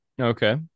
Okay